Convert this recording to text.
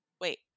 Wait